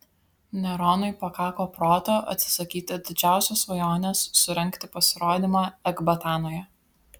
neronui pakako proto atsisakyti didžiausios svajonės surengti pasirodymą ekbatanoje